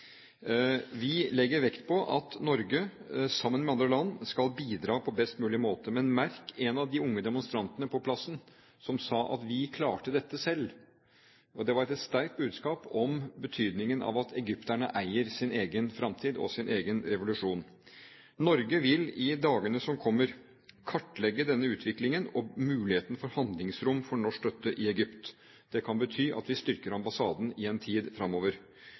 Vi legger vekt på at Norge, sammen med andre land, skal bidra på best mulig måte – men legg merke til én av de unge demonstrantene på plassen som sa at de klarte dette selv. Det var et sterkt budskap om betydningen av at egypterne eier sin egen fremtid og sin egen revolusjon. Norge vil i dagene som kommer, kartlegge denne utviklingen og muligheten for handlingsrom for norsk støtte i Egypt. Det kan bety at vi styrker ambassaden i en tid framover.